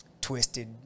Twisted